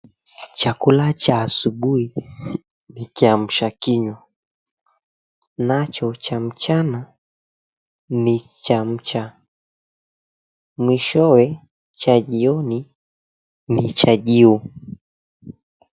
Chakula cha asubuhi ni kiamsha kinywa nacho cha mchana ni chamcha. Mwishowe cha jioni ni chanjio.